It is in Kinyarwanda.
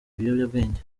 ibiyobyabwenge